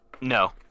No